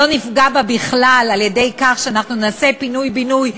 שלא נפגע בה בכלל על-ידי כך שנעשה פינוי-בינוי,